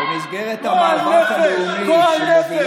גועל נפש, גועל נפש.